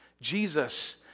Jesus